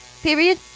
Period